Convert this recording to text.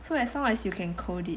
so as long as you can code it